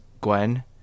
Gwen